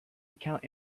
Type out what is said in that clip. account